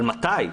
אבל מתי?